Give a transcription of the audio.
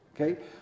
okay